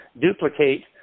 duplicate